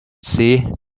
see